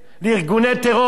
לארגוני טרור?